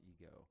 ego